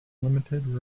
limited